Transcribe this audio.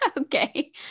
Okay